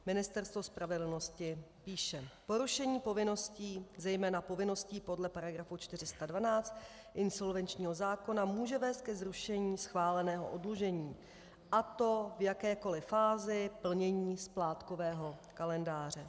Ministerstvo spravedlnosti píše: Porušení povinností, zejména povinností podle § 412 insolvenčního zákona, může vést ke zrušení schváleného oddlužení, a to v jakékoli fázi plnění splátkového kalendáře.